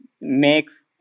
makes